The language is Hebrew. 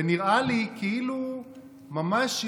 ונראה לי כאילו ממש,